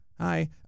Hi